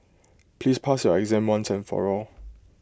please pass your exam once and for all